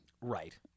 Right